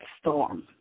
Storm